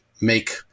make